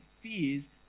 fears